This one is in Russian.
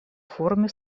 форуме